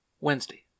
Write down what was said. Wednesday